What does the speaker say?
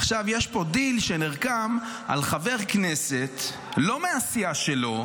עכשיו יש פה דיל שנרקם על חבר כנסת שאינו מהסיעה שלו,